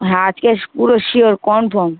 হ্যাঁ আজকে পুরো শিওর কনফার্ম